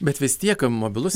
bet vis tiek mobilus